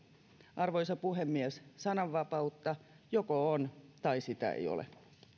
arvoisa puhemies sananvapautta joko on tai sitä ei ole